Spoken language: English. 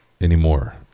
anymore